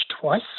twice